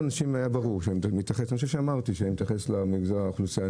ברור, נשים חרדיות.